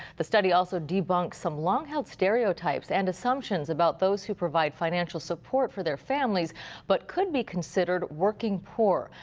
the study also debunks some long held stereotypes and assumptions about those who provide financial support for their families but could be considered working poor.